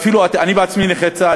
אפילו אני עצמי נכה צה"ל,